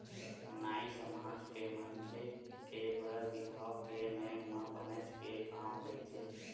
नाई समाज के मनखे के बर बिहाव के नेंग म बनेच के काम रहिथे